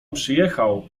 przyjechał